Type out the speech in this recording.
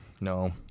No